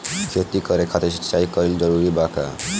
खेती करे खातिर सिंचाई कइल जरूरी बा का?